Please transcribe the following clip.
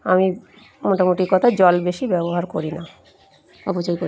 আমি মোটামুটি কথা জল বেশি ব্যবহার করি না অপচয় করি না